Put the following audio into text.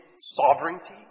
sovereignty